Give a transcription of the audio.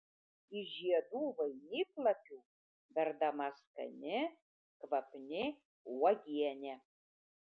iš žiedų vainiklapių verdama skani kvapni uogienė